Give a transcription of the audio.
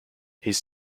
his